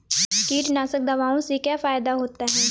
कीटनाशक दवाओं से क्या फायदा होता है?